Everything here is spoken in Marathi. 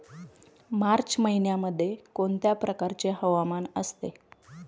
मार्च महिन्यामध्ये कोणत्या प्रकारचे हवामान असते?